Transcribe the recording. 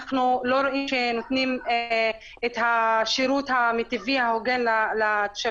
אנחנו לא נותנים את השרות המיטבי ההוגן לתושבים.